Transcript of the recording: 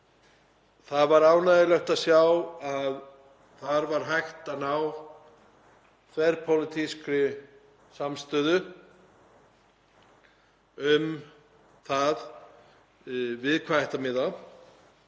Það var ánægjulegt að sjá að það var hægt að ná þverpólitískri samstöðu um við hvað ætti að